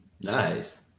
Nice